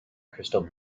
crystal